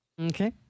Okay